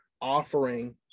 offering